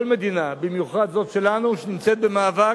כל מדינה, במיוחד זאת שלנו, שנמצאת במאבק,